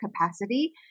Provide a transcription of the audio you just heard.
capacity